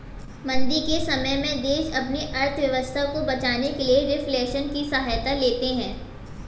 मंदी के समय में देश अपनी अर्थव्यवस्था को बचाने के लिए रिफ्लेशन की सहायता लेते हैं